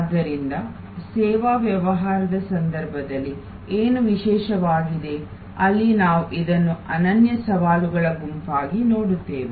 ಆದ್ದರಿಂದ ಸೇವಾ ವ್ಯವಹಾರದ ಸಂದರ್ಭದಲ್ಲಿ ಏನು ವಿಶೇಷವಾಗಿದೆ ಅಲ್ಲಿ ನಾವು ಇದನ್ನು ಅನನ್ಯ ಸವಾಲುಗಳ ಗುಂಪಾಗಿ ನೋಡುತ್ತೇವೆ